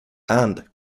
and